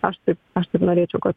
aš taip aš taip norėčiau kad